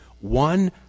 one